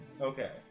Okay